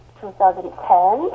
2010